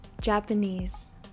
Japanese